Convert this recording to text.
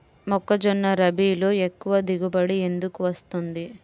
మొక్కజొన్న రబీలో ఎక్కువ దిగుబడి ఎందుకు వస్తుంది?